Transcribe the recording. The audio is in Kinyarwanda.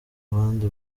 abandi